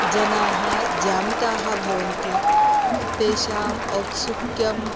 जनाः जामिताः भवन्ति तेषाम् औत्सुक्यं